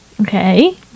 Okay